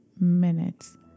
minutes